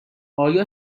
آیا